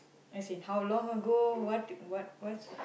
as in how long ago what what what's